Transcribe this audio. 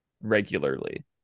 regularly